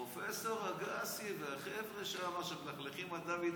פרופ' אגסי והחבר'ה שם, שמלכלכים על דוד אמסלם,